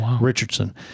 Richardson